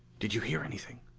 did you hear anything?